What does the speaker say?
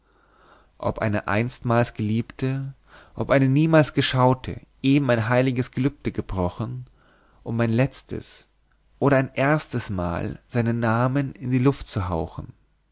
ob eine einstmalsgeliebte ob eine niemalsgeschaute eben ein heiliges gelübde gebrochen um ein letztes oder ein erstes mal seinen namen in die luft zu hauchen